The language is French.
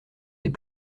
des